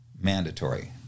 mandatory